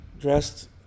dressed